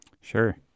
Sure